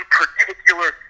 particular